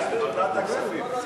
זה לא ועדת כספים.